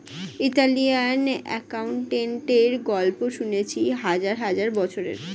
Italian অ্যাকাউন্টেন্টের গল্প শুনেছি হাজার হাজার বছরের